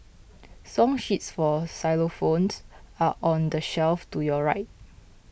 song sheets for xylophones are on the shelf to your right